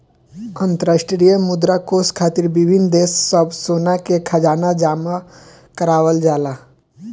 अंतरराष्ट्रीय मुद्रा कोष खातिर विभिन्न देश सब सोना के खजाना जमा करावल जाला